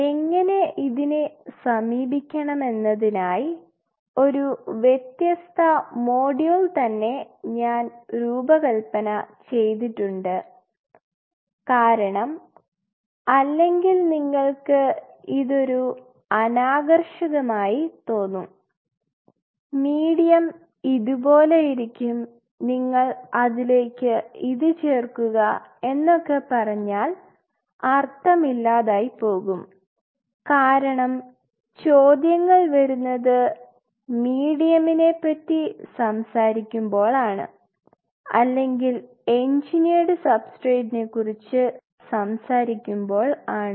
എങ്ങനെ ഇതിനെ സമീപിക്കണമെന്നതിനായി ഒരു വ്യത്യസ്ത മോഡ്യൂൾ തന്നെ ഞാൻ രൂപകല്പന ചെയ്തിട്ടുണ്ട് കാരണം അല്ലെങ്കിൽ നിങ്ങൾക്ക് ഇതൊരു അനാകർഷകമായി തോന്നും മീഡിയം ഇതുപോലെ ഇരിക്കും നിങ്ങൾ അതിലേക്ക് ഇത് ചേർക്കുക എന്നൊക്കെ പറഞ്ഞാൽ അർത്ഥം ഇല്ലാതായി പോകും കാരണം ചോദ്യങ്ങൾ വരുന്നത് മീഡിയംനെ പറ്റി സംസാരിക്കുമ്പോൾ ആണ് അല്ലെങ്കിൽ എൻജിനീയട് സബ്സ്ട്രേറ്റി നെക്കുറിച്ച് സംസാരിക്കുമ്പോൾ ആണ്